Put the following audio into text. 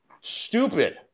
stupid